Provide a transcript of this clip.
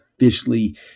officially